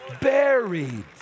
buried